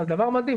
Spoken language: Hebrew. הדבר מדאיג.